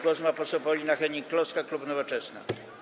Głos ma poseł Paulina Hennig-Kloska, klub Nowoczesna.